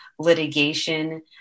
litigation